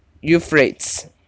Euphrates